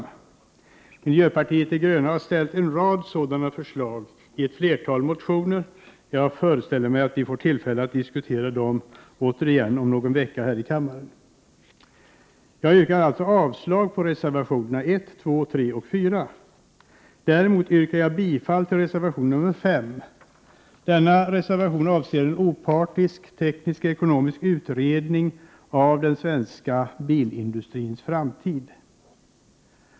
Miljöpartiet de gröna har ställt en rad av sådana förslag i ett flertal motioner. Jag föreställer mig att vi får tillfälle att diskutera dem återigen om någon vecka här i kammaren. Jag yrkar avslag på reservationerna 1, 2, 3 och 4. Däremot yrkar jag bifall till reservation 5. Denna reservation avser en opartisk, teknisk-ekonomisk utredning av den svenska bilindustrins framtid.